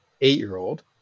eight-year-old